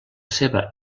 seva